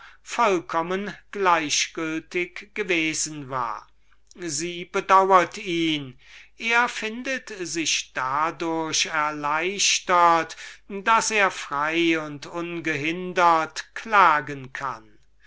vollkommen gleichgültig gewesen war sie bedauert ihn er findet sich dadurch erleichtert daß er sich frei und ungehindert beklagen kann